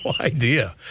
idea